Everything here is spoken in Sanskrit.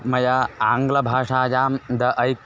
मया आङ्ग्लभाषायां द ऐ